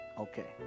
Okay